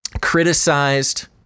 criticized